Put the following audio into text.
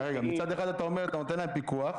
מצד אחד אתה אומר, אתה נותן להם פיקוח.